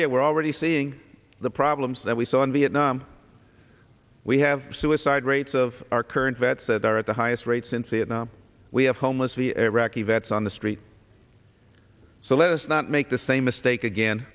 you we're already seeing the problems that we saw in vietnam we have suicide rates of our current vets that are at the highest rate since vietnam we have homeless the iraqi vets on the street so let us not make the same mistake again